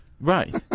Right